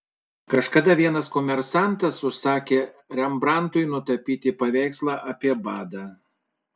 kažkada vienas komersantas užsakė rembrandtui nutapyti paveikslą apie badą